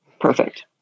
Perfect